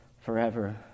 forever